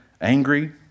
angry